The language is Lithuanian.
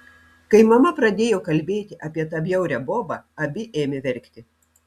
kai mama pradėjo kalbėti apie tą bjaurią bobą abi ėmė verkti